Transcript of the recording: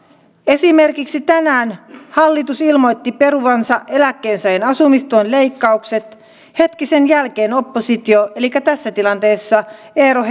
esimerkiksi tänään hallitus ilmoitti peruvansa eläkkeensaajien asumistuen leikkaukset hetki sen jälkeen oppositio elikkä tässä tilanteessa eero